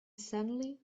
suddenly